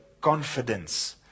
confidence